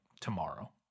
tomorrow